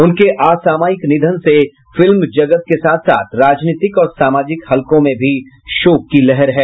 उनके असमायिक निधन से फिल्म जगत के साथ साथ राजनीतिक और सामाजिक हलकों में भी शोक की लहर है